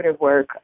work